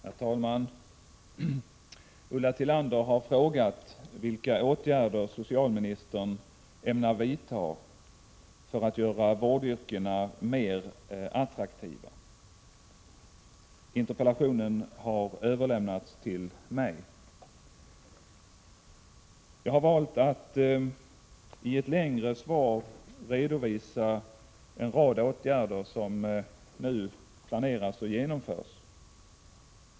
Herr talman! Ulla Tillander har frågat vilka åtgärder socialministern ämnar vidta för att göra vårdyrkena mer attraktiva. Interpellationen har överlämnats till mig. Jag har valt att i ett längre svar redovisa en rad åtgärder som nu planeras och genomförs.